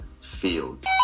fields